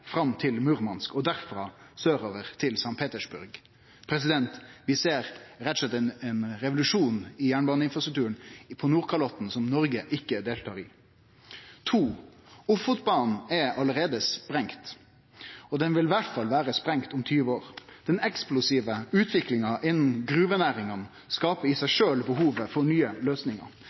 fram til Murmansk og derfrå sørover til St. Petersburg. Vi ser rett og slett ein revolusjon i jernbaneinfrastrukturen på Nordkalotten som Noreg ikkje deltar i. For det andre: Ofotbanen er allereie sprengd, og den vil iallfall vere sprengd om 20 år. Den eksplosive utviklinga innan gruvenæringa skaper i seg sjølv behov for nye løysingar.